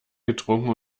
getrunken